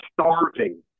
starving